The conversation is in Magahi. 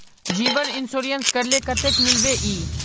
जीवन इंश्योरेंस करले कतेक मिलबे ई?